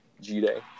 G-Day